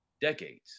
decades